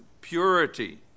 purity